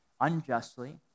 unjustly